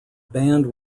band